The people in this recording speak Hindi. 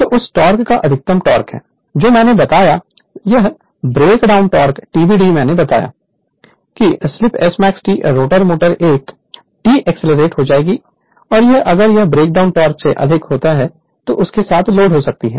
तो उस टॉर्क का अधिकतम टॉर्क है जो मैंने बताया या ब्रेकडाउन टॉर्क TBD मैंने बताया कि slip Smax T rotor motor एक हाल्ट में डीएक्सलीरेट हो जाएगी या अगर यह ब्रेकडाउन टॉर्क से अधिक के साथ लोड होती है